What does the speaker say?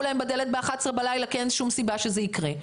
להם בדלת ב-23:00 בלילה כי אין שום סיבה שזה יקרה.